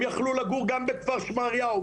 הם יכלו לגור גם בכפר שמריהו,